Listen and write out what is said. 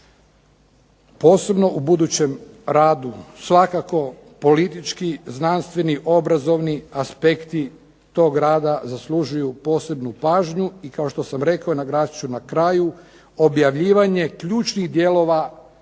Posebno u budućem radu. Svakako politički, znanstveni, obrazovni aspekti toga rada zaslužuju posebnu nažnju. I kao što sam rekao nagradit ću na kraju, objavljivanje ključnih dijelova